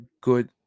good